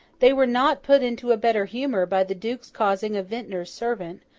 they were not put into a better humour by the duke's causing a vintner's servant,